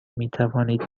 میتوانید